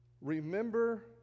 Remember